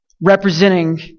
representing